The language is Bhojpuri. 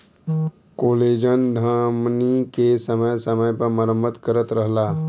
कोलेजन धमनी के समय समय पर मरम्मत करत रहला